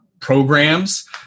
programs